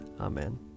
Amen